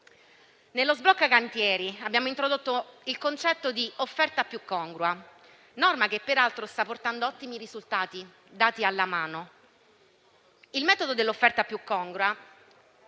decreto sblocca cantieri abbiamo introdotto il concetto di offerta più congrua, norma che peraltro sta portando ottimi risultati, dati alla mano. Il metodo dell'offerta più congrua